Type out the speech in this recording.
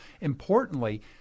importantly